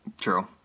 True